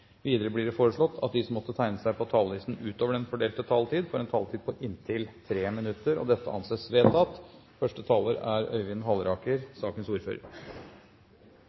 Videre blir det foreslått at de som måtte tegne seg på talerlisten utover den fordelte taletid, får en taletid på inntil 3 minutter. – Det anses vedtatt.